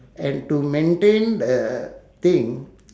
and to maintain the thing